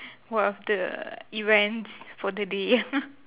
what are the events for the day